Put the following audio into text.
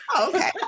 Okay